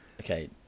okay